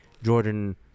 Jordan